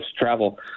travel